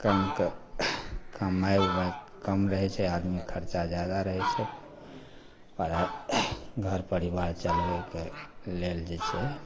कामके कमै उमै कम रहै छै आदमीके खरचा जादा रहै छै पढ़ाइ घर परिवार चलबैके लेल जे छै